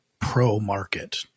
pro-market